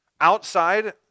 outside